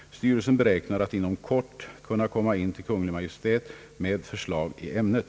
Styrelsen beräknar att inom kort kunna komma in till Kungl. Maj:t med förslag i ämnet.